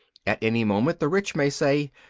at any moment the rich may say,